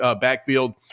backfield